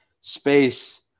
space